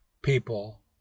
people